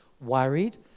worried